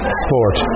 sport